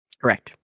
correct